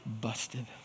busted